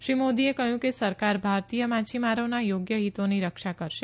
શ્રી મોદીએ કહ્યું કે સરકાર ભારતીય માછીમારોના યોગ્ય હિતોની રક્ષા કરશે